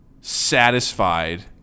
satisfied